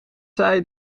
zei